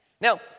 Now